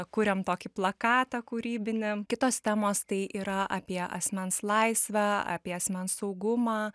kuriam tokį plakatą kūrybinį kitos temos tai yra apie asmens laisvę apie asmens saugumą